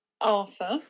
Arthur